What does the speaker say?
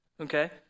okay